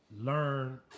Learn